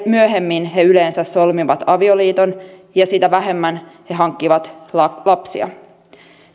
myöhemmin he yleensä solmivat avioliiton ja sitä vähemmän he hankkivat lapsia